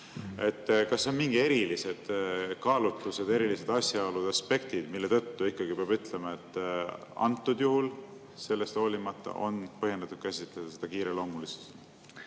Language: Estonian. Kas on mingid erilised kaalutlused, erilised asjaolud, aspektid, mille tõttu ikkagi peab ütlema, et antud juhul, sellest hoolimata, on põhjendatud käsitleda seda kiireloomuliselt?